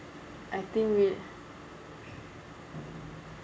I think we